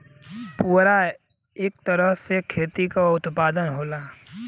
पुवरा इक तरह से खेती क उत्पाद होला